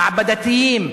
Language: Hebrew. מעבדתיים.